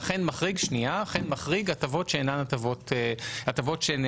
אכן מחריג הטבות שאינן הטבות בנקאיות.